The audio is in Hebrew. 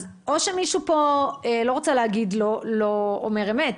אז או שמישהו פה - אני לא רוצה להגיד שלא אומר אמת,